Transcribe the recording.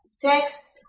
text